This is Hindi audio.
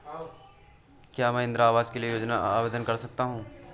क्या मैं इंदिरा आवास योजना के लिए आवेदन कर सकता हूँ?